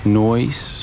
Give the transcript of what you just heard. noise